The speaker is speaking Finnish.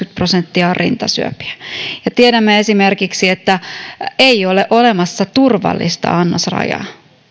prosenttia on rintasyöpiä ja tiedämme esimerkiksi että ei ole olemassa turvallista annosrajaa